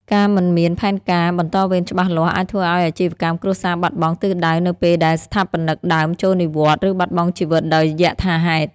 ការមិនមានផែនការបន្តវេនច្បាស់លាស់ អាចធ្វើឱ្យអាជីវកម្មគ្រួសារបាត់បង់ទិសដៅនៅពេលដែលស្ថាបនិកដើមចូលនិវត្តន៍ ឬបាត់បង់ជីវិតដោយយថាហេតុ។